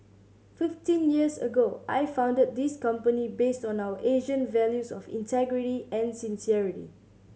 fifteen years ago I founded this company based on our Asian values of integrity and sincerity